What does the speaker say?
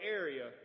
area